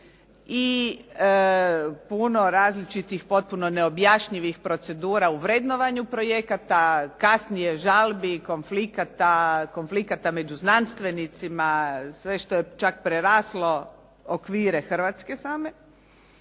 i puno različitih potpuno neobjašnjivih procedura u vrednovanju projekata, kasnije žalbi, konflikata, konflikata među znanstvenicima, sve što je čak preraslo okvire Hrvatske same